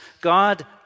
God